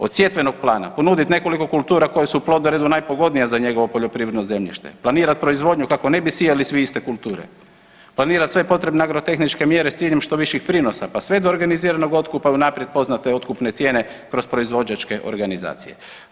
Od sjetvenog plana, ponuditi nekoliko kultura koje su u plodoredu najpogodnija za njegovo poljoprivredno zemljište, planirati proizvodnju kako ne bi sijali svi iste kulture, planirati sve potrebne agrotehničke mjere s ciljem što viših prinosa pa sve do organiziranog otkupa unaprijed poznate otkupne cijene kroz proizvođačke organizacije.